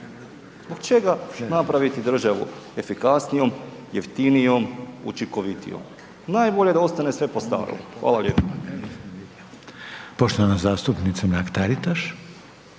Zbog čega napraviti državu efikasnijom, jeftinijom, učinkovitijom. Najbolje da ostane sve po starom. Hvala lijepo. **Reiner, Željko (HDZ)** Poštovana zastupnica Mrak-Taritaš.